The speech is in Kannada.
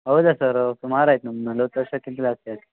ಹೌದಾ ಸರು ಸುಮಾರಾಯ್ತು ನಮ್ಗೆ ನಲ್ವತ್ತು ವರ್ಷಕ್ಕಿಂತ ಜಾಸ್ತಿ ಆಯ್ತು